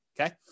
okay